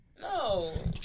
No